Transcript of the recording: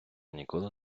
ніколи